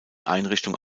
einrichtung